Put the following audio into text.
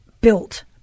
built